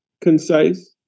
concise